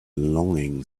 longing